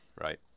right